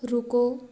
ਰੁਕੋ